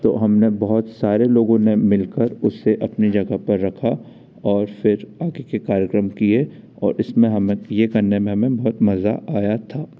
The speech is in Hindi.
तो हमने बहुत सारे लोगों ने मिलकर उसे अपनी जगह पर रखा और फिर आगे के कार्यक्रम किए और इसमे हमें ये करने में हमें बहुत मजा आया था